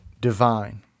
divine